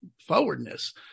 forwardness